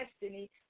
destiny